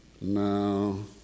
No